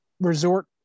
resort